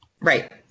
Right